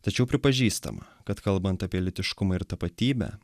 tačiau pripažįstama kad kalbant apie lytiškumą ir tapatybę